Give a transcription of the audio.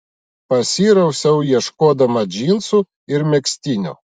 pasirausiau ieškodama džinsų ir megztinio